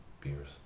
beers